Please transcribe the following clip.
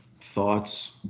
thoughts